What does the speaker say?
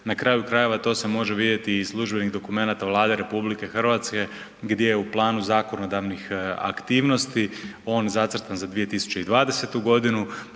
Na kraju krajeva to se može vidjeti i iz službenih dokumenata Vlade RH gdje je u planu zakonodavnih aktivnosti on zacrtan za 2020.g.,